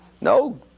No